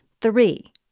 Three